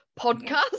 podcast